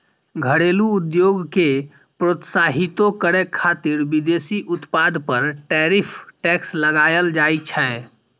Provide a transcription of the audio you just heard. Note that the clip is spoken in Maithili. घरेलू उद्योग कें प्रोत्साहितो करै खातिर विदेशी उत्पाद पर टैरिफ टैक्स लगाएल जाइ छै